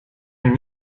een